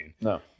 No